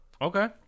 Okay